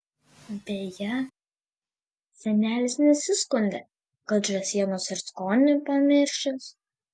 beje senelis nusiskundė kad žąsienos ir skonį pamiršęs